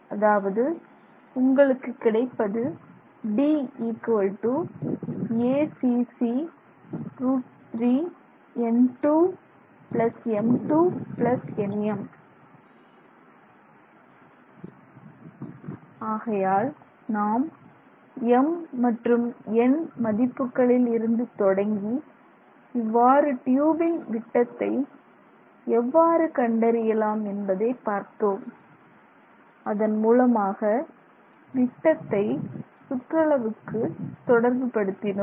அதாவது உங்களுக்கு கிடைப்பது Dacc√3n2m2nm ஆகையால் நாம் m மற்றும் n மதிப்புகளில் இருந்து தொடங்கி இவ்வாறு ட்யூபின் விட்டத்தை எவ்வாறு கண்டறியலாம் என்பதைப் பார்த்தோம் அதன் மூலமாக விட்டத்தை சுற்றளவுக்கு தொடர்பு படுத்தினோம்